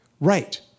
Right